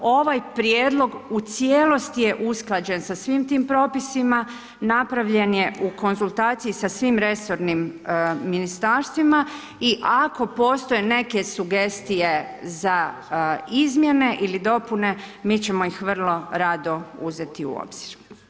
Ovaj prijedlog u cijelosti je usklađen sa svim tim propisima, napravljen je u konzultaciji sa svim resornim ministarstvima i ako postoje neke sugestije za izmjene ili dopune, mi ćemo ih vrlo rado uzeti u obzir.